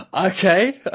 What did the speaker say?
Okay